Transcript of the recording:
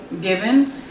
given